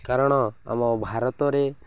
କାରଣ ଆମ ଭାରତରେ